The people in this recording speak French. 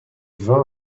vins